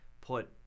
put